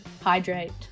hydrate